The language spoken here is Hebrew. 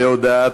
החלטת